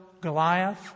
Goliath